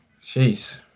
Jeez